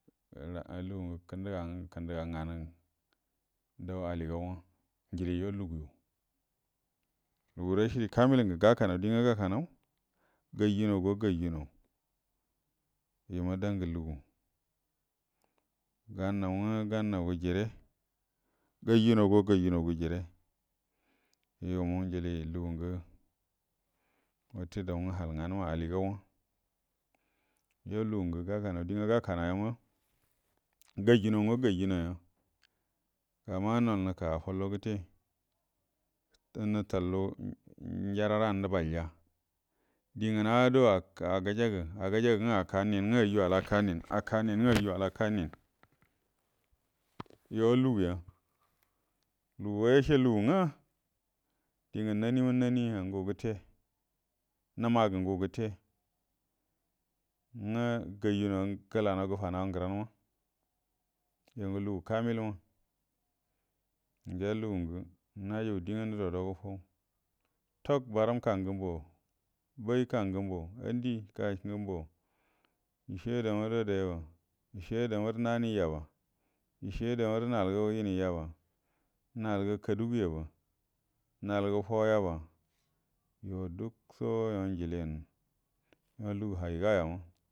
Lugungə kəndəga nganə dou aligaw njilie yuo luguwu lugu rashidi kamil gakanaw die ngwə gakanaw, ganjuə nawgo ganjuə naw, yuoma dangə lugu, gannaw ngwə gannaw gə jire, ganjuənaw go gayuənaw gə jire yuomə njilie lugungə wate doungə halganəna aligauma, yuo lugungə gukanaw dienga gakanawya, ganjue naw go ganjuenaw ya, namangə nol nəka’a fullo gəte nətəllu njəraran nəbalja, die ngəna guəro agəjagə agəjagə ngwə, akaniengə anjue al akanien, akanieu gə anjue al aka nien, yuo lugu ya lugu yace lugungwə diengə nanima nani angu gəte, nima gə ngu gəte, ngə gəla naw gəfa naw a ngəranma, yungə lugu kamilma, ga lungungə na cəaffu die ngə nərara gəfaw tak baram kangə mba, mbay kanguə mba, andy ka’ ngəmbo, dəce adamarə adayaba doce adamarə nani yaba də ce ada marə nalgə yəmie yaba nalga kadugə yaba, nalgə faw yaba yuo dukso yuo ngilien yuo lugu haygə yama.